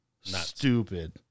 stupid